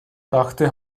dachte